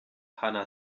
hanna